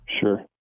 Sure